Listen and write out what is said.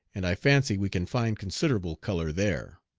and i fancy we can find considerable color there.